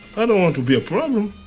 i don't want to be a problem.